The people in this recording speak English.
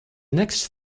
next